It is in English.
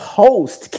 host